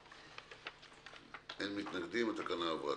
הצבעה בעד התקנה פה אחד התקנה אושרה.